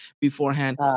beforehand